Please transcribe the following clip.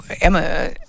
Emma